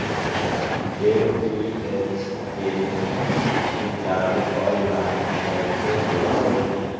DTH के recharge online कैसे होईछई?